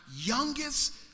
youngest